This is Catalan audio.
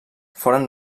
foren